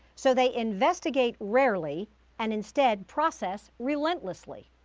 so they investigate rarely and instead process relentlessly.